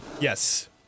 Yes